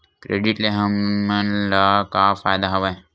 Credit ले हमन ला का फ़ायदा हवय?